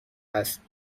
هست